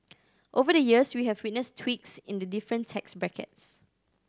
over the years we have witnessed tweaks in the different tax brackets